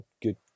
good